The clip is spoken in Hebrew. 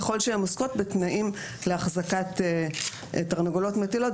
ככל שהן עוסקות בתנאים להחזקת תרנגולות מטילות.